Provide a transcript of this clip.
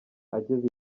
ageza